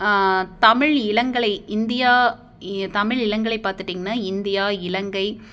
தமிழ் இளங்கலை இந்தியா தமிழ் இளங்கலை பார்த்துட்டிங்கன்னா இந்தியா இலங்கை